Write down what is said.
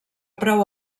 prou